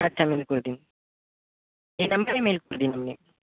আচ্ছা মেল করে দিন এই নাম্বারেই মেল করে দিন আপনি